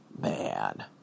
man